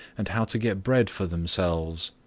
and how to get bread for themselves.